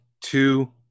two